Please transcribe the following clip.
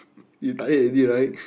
you tired already right